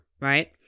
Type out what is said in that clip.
right